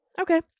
Okay